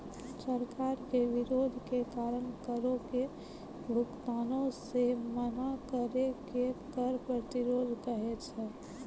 सरकार के विरोध के कारण करो के भुगतानो से मना करै के कर प्रतिरोध कहै छै